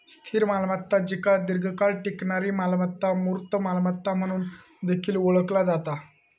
स्थिर मालमत्ता जिका दीर्घकाळ टिकणारी मालमत्ता, मूर्त मालमत्ता म्हणून देखील ओळखला जाता